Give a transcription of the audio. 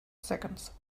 seconds